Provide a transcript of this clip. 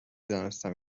دانستم